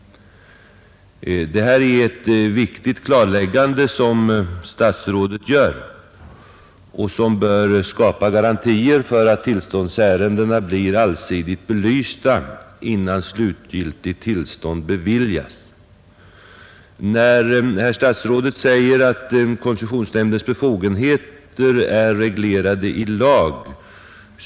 Det är ett viktigt klarläggande som statsrådet gör; det bör skapa garantier för att tillståndsärendena blir allsidigt belysta, innan slutgiltigt tillstånd beviljas. Statsrådet säger att koncessionsnämndens befogenheter är reglerade i lag.